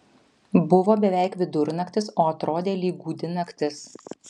buvo beveik vidurnaktis o atrodė lyg gūdi naktis